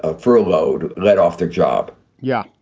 ah furloughed, let off their job yeah.